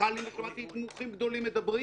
רמטכ"לים ושמעתי מומחים גדולים מדברים,